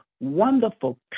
wonderful